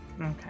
Okay